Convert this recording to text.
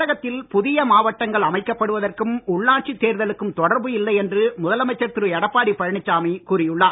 தமிழகத்தில் புதிய மாவட்டங்கள் அமைக்கப்படுவதற்கும் உள்ளாட்சி தேர்தலுக்கும் தொடர்பு இல்லை என்று முதலமைச்சர் திரு எடப்பாடி பழனிசாமி கூறி உள்ளார்